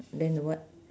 then the what